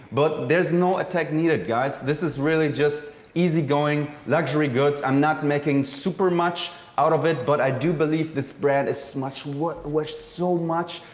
but there's no attack needed, guys. this is really just easy going luxury goods. i'm not making super much out of it, but i do believe this brand is worth worth so much.